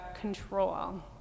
control